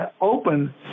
open